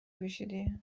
پوشیدی